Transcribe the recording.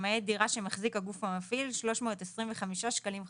למעט דירה שמחזיק הגוף המפעיל - 325 שקלים חדשים,